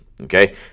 okay